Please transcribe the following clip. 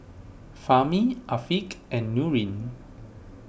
Fahmi Afiq and Nurin